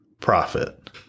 profit